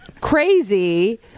crazy